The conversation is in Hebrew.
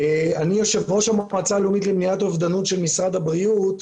יושב-ראש המועצה הלאומית למניעת אובדנות של משרד הבריאות,